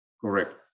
Correct